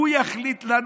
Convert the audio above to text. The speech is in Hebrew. הוא יחליט לנו,